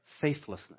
faithlessness